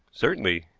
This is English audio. certainly.